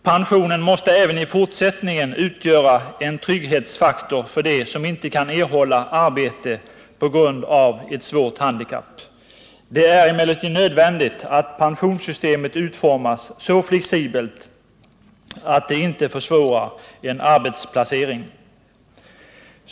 Pensionen måste även i fortsättningen utgöra en trygghetsfaktor för dem som inte kan erhålla arbete på grund av ett svårt handikapp. Det är emellertid nödvändigt att pensionssystemet utformas så flexibelt att det inte försvårar en arbetsplacering.